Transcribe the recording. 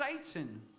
Satan